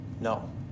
No